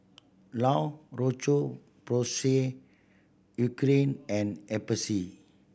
La Roche Porsay Eucerin and